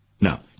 Now